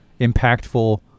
impactful